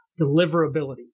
deliverability